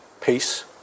peace